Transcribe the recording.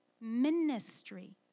Ministry